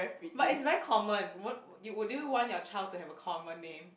but it's very common what would you want your child to have a common name